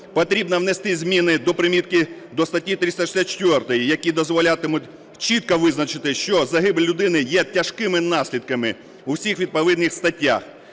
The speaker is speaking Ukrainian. потрібно внести зміни до статті 364, які дозволятимуть чітко визначити, що загибель людини є тяжкими наслідками в усіх відповідних статтях,